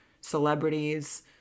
celebrities